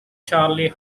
charlie